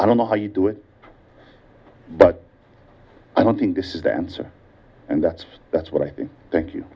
i don't know how you do it but i don't think this is the answer and that's that's what i thank